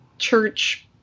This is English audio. church